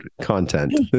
content